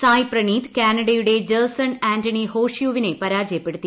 സായ് പ്രണീത് കാനഡയുടെ Jason Anthony ഹോഷ്യുവിനെ പരാജയപ്പെടുത്തി